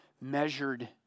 measured